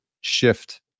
shift